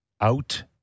out